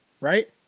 right